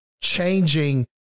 changing